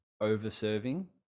over-serving